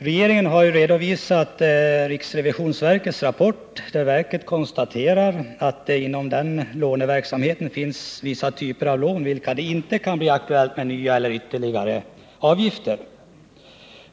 Regeringen har redovisat riksrevisionsverkets rapport där verket konstaterar att det inom denna låneverksamhet finns vissa typer av lån för vilka det inte kan bli aktuellt med nya eller ytterligare avgifter.